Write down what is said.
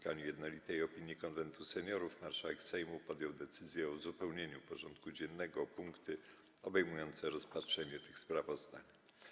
po uzyskaniu jednolitej opinii Konwentu Seniorów, marszałek Sejmu podjął decyzję o uzupełnieniu porządku dziennego o punkty obejmujące rozpatrzenie tych sprawozdań.